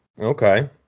Okay